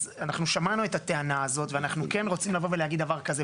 אז אנחנו שמענו את הטענה הזאת ואנחנו כן רוצים לבוא ולהגיד דבר כסה.